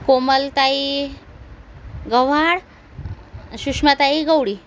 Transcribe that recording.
कोमलताई गव्हाड शुष्माताई गवळी